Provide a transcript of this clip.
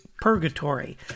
purgatory